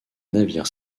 navire